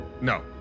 No